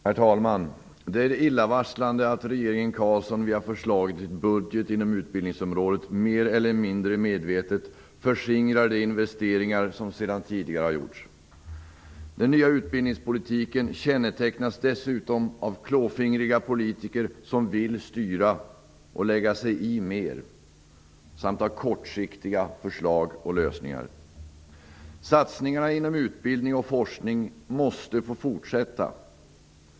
Herr talman! Det är illavarslande att regeringen Carlsson via förslaget till budget inom utbildningsområdet mer eller mindre medvetet förskingrar de investeringar som sedan tidigare har gjorts. Den nya utbildningspolitiken kännetecknas dessutom av klåfingriga politiker som vill styra och lägga sig i mer samt av kortsiktiga förslag och lösningar. Satsningarna inom utbildning och forskning måste fortsätta.